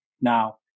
Now